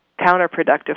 counterproductive